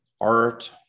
art